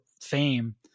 fame